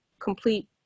complete